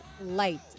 Light